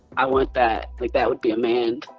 i want that. like, that would be a mand.